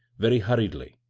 very hurriedly,